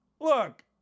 Look